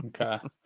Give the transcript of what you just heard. okay